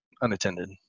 unattended